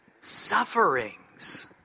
sufferings